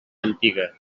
antiga